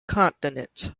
continents